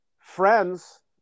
friends